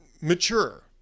mature